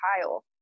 Kyle